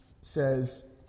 says